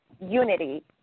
unity